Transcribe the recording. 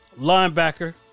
linebacker